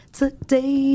today